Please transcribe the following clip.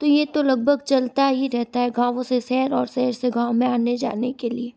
तो ये तो लगभग चलता ही रहता है गाँवों से शहर और शहर से गाँव में आने जाने के लिए